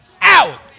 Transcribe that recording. out